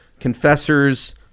confessors